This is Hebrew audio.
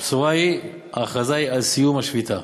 הבשורה היא ההכרזה היא על סיום השביתה.